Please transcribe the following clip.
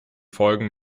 folgen